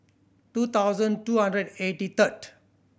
two thousand two hundred eighty third